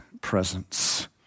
presence